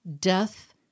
death